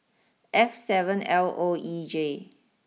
F seven L O E J